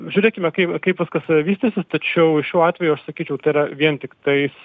žiūrėkime kaip kaip viskas vystysis tačiau šiuo atveju aš sakyčiau tai yra vien tiktais